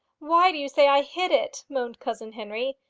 why do you say i hid it? moaned cousin henry.